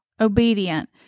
obedient